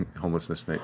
homelessness